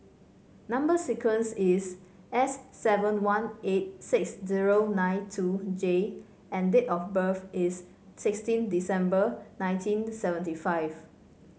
number sequence is S seven one eight six zero nine two J and date of birth is sixteen December nineteen seventy five